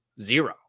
zero